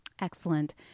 Excellent